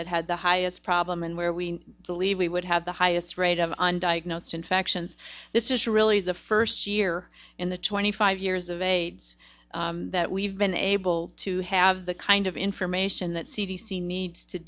that had the highest problem and where we believe we would have the highest rate of undiagnosed infections this is really the first year in the twenty five years of age that we've been able to have the kind of information that c d c needs to